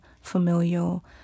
familial